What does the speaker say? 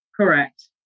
Correct